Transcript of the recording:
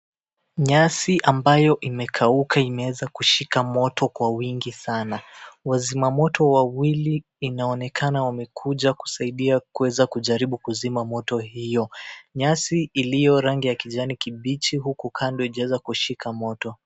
Nyasi ambayo imekauka imeeza kushika moto kwa wingi sana. Wazima moto wawili inaonekana wamekuja kusaidia kuweza kujaribu kuzima moto hiyo. Nyasi iliyo rangi ya kijani kibichi huku kando ijaeza kushika moto.